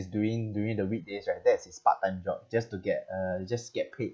doing during the weekdays right that is his part time job just to get uh just get paid